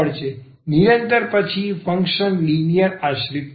નિરંતર પછી function linear આશ્રિત હોય છે